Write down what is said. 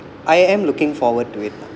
I am looking forward to it